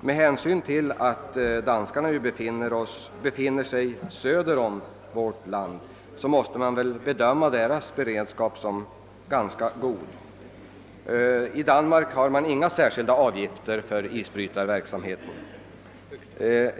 Med hänsyn till att danskarnas farvatten ligger söder om vårt land måste deras beredskap bedömas som ganska god. I Danmark utgår inga särskilda avgifter för isbrytarverksamheten.